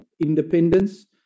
independence